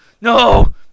No